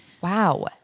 Wow